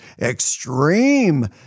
extreme